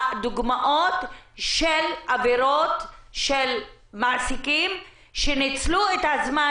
דוגמאות של עבירות של מעסיקים שניצלו את הזמן